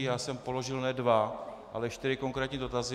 Já jsem položil ne dva, ale čtyři konkrétní dotazy.